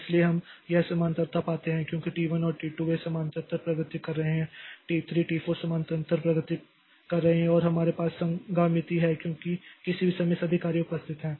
इसलिए हम यहां समानांतरता पाते हैं क्योंकि T1 और T2 वे समानांतर प्रगति कर रहे हैं T3 T4 समानांतर प्रगति कर रहे हैं और हमारे पास संगामिति हैं क्योंकि किसी भी समय सभी कार्य उपस्थित हैं